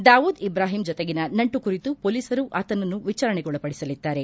ದಾವೂದ್ ಇಬ್ರಾಹಿಂ ಜತೆಗಿನ ನಂಟು ಕುರಿತು ಪೊಲೀಸರು ಆತನನ್ನು ವಿಚಾರಣೆಗೊಳಪಡಿಸಲಿದ್ದಾರೆ